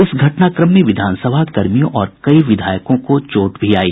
इस घटनाक्रम में विधान सभा कर्मियों और कई विधायकों को चोट भी आई